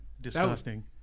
Disgusting